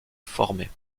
formées